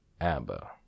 Abba